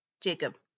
Jacob